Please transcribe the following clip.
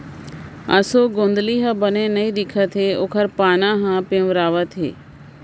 एसों गोंदली ह बने नइ दिखत हे ओकर पाना ह पिंवरावत हे